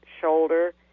shoulder